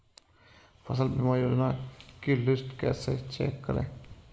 फसल बीमा योजना की लिस्ट कैसे चेक करें?